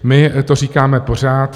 My to říkáme pořád.